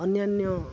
ଅନ୍ୟାନ୍ୟ